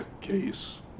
case